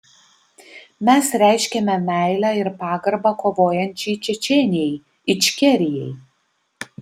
mes reiškiame meilę ir pagarbą kovojančiai čečėnijai ičkerijai